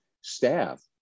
staff